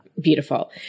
Beautiful